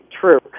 True